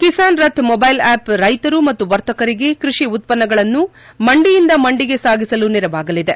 Kisan Rath mobile app ರೈತರು ಮತ್ತು ವರ್ತಕರಿಗೆ ಕೃಷಿ ಉತ್ವನ್ನಗಳನ್ನು ಮಂಡಿಯಿಂದ ಮಂಡಿಗೆ ಸಾಗಿಸಲು ನೆರವಾಗಲಿದೆ